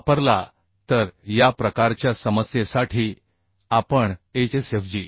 वापरला तर या प्रकारच्या समस्येसाठी आपण HSFG